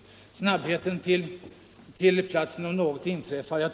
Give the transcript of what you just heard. Frågan om snabbheten till platsen om något inträffar